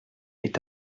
est